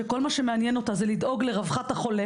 שכל מה שמעניין אותה זה לדאוג לרווחת החולה